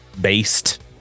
based